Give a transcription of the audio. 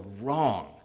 wrong